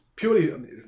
Purely